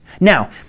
now